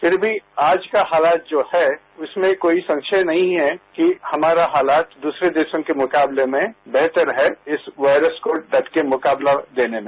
फिर भी आज का हालात जो है उसमें कोई संशय नहीं है कि हमारा हालात दूसरे देशों के मुकाबले में बेहतर है इस वायरस को डट कर मुकाबला देने में